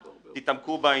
תתעמקו בעניין,